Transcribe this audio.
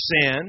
sin